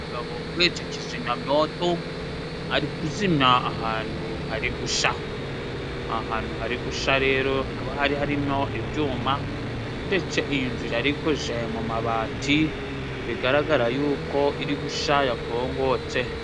Umugabo uhetse kizimyamyoto ari kuzimya ahantu hari gusha , Aha ahantu hari gusha rero hakaba hari harimo ibyuma ndetse iyi nzu yari ikoze mu mabati bigaragara yuko iri gusha yakongotse.